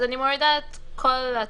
אז אני מורידה את כל הסייג.